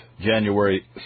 January